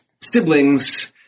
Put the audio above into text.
siblings